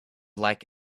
like